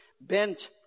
bent